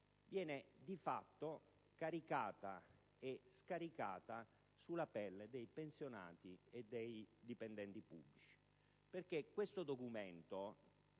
viene, di fatto, caricata e scaricata sulla pelle dei pensionati e dei dipendenti pubblici. La Decisione